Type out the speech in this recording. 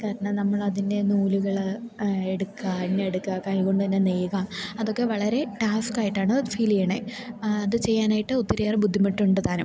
കാരണം നമ്മളതിൻ്റെ നൂലുകള് എടുക്കുക എണ്ണി എടുക്കുക കൈകൊണ്ട് തന്നെ നെയ്യുക അതൊക്കെ വളരെ ടാസ്ക്കായിട്ടാണ് ഫീൽ ചെയ്യുന്നത് അത് ചെയ്യാനായിട്ട് ഒത്തിരിയേറെ ബുദ്ധിമുട്ടുണ്ട് താനും